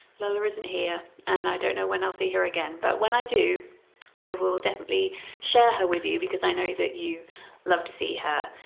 lola isn't here and i don't know when i'll see her again but when i do i will definitely share her with you because i know that you love to see her